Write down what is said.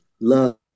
love